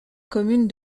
commune